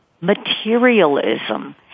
materialism